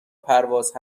پرواز